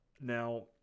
Now